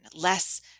less